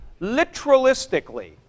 Literalistically